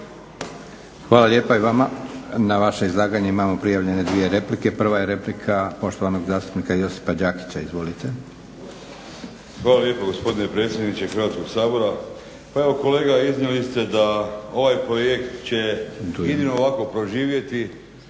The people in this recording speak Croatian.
Hvala lijepa i vama. Na vaše izlaganje imamo prijavljene dvije replike. Prva je replika poštovanog zastupnika Josipa Đakića. Izvolite. **Đakić, Josip (HDZ)** Hvala lijepa gospodine predsjedniče Hrvatskog sabora. Pa evo kolega iznijeli ste da ovaj projekt će jedino ovako preživjeti